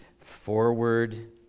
forward